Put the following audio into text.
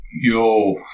Yo